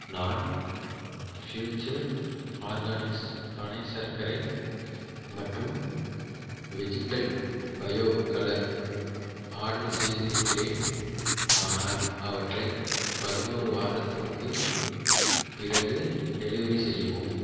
நான் Future Organics பனைச் சர்க்கரை மற்றும் வெஜிடல் பயோ கலர் ஆர்டர் செய்திருக்கிறேன் ஆனால் அவற்றை பதினொரு வாரத்திற்குப் பிறகு டெலிவரி செய்யவும்